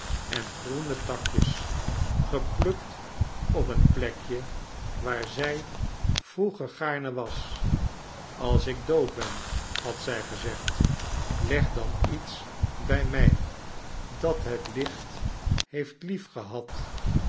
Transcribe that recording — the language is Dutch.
en groene takjes geplukt op een plekje waar zij vroeger gaarne was als ik dood ben had zij gezegd leg dan iets bij mij dat het licht heeft